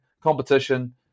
competition